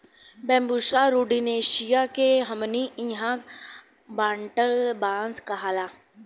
Bambusa एरुण्डीनेसीया के हमनी इन्हा कांटा बांस कहाला